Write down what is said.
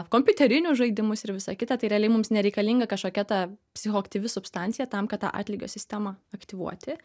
kompiuterinius žaidimus ir visa kita tai realiai mums nereikalinga kažkokia ta psichoaktyvi substancija tam kad tą atlygio sistemą aktyvuoti